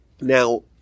Now